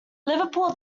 liverpool